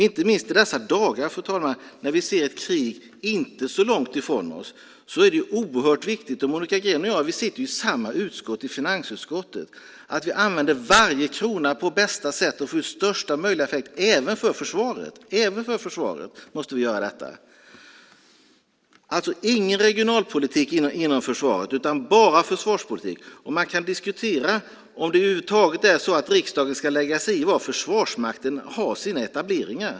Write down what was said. Inte minst i dessa dagar, fru talman, när vi ser ett krig inte så långt ifrån oss är det oerhört viktigt - Monica Green och jag sitter i samma utskott, finansutskottet - att vi använder varje krona på bästa sätt och får ut största möjliga effekt även för försvaret. Alltså: Ingen regionalpolitik inom försvaret utan bara försvarspolitik. Och man kan diskutera om riksdagen över huvud taget ska lägga sig i var Försvarsmakten har sina etableringar.